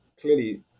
clearly